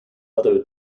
other